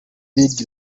big